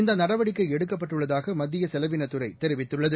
இந்த நடவடிக்கை எடுக்கப்பட்டுள்ளதாக மத்திய செலவினத் துறை தெரிவித்துள்ளது